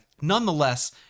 Nonetheless